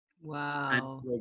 wow